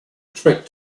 trick